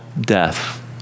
death